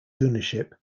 ownership